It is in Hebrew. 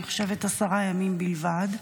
אני חושבת שעשרה ימים בלבד.